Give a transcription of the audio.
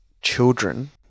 children